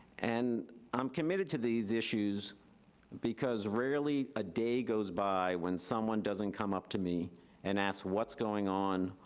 and i'm committed to these issues because rarely a day goes by when someone doesn't come up to me and asks what's going on,